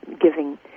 giving